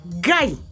Guy